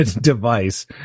device